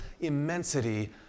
immensity